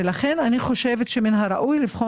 אני חושבת שמן הראוי לבדוק